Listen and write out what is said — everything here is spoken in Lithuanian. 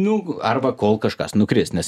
nu arba kol kažkas nukris nes